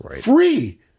free